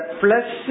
plus